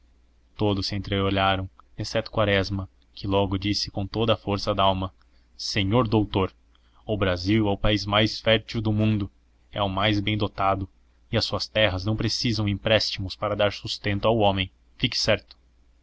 todos se entreolharam exceto quaresma que logo disse com toda a força dalma senhor doutor o brasil é o país mais fértil do mundo é o mais bem dotado e as suas terras não precisam empréstimos para dar sustento ao homem fique certo